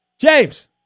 James